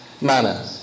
manner